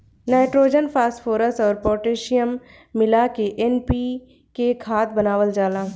nitrogen, phosphorus अउर potassium मिला के एन.पी.के खाद बनावल जाला